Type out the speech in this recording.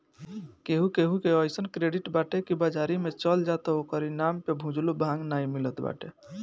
केहू केहू के अइसन क्रेडिट बाटे की बाजारी में चल जा त ओकरी नाम पे भुजलो भांग नाइ मिलत बाटे